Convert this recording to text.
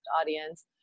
audience